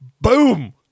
Boom